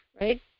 Right